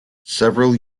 several